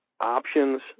options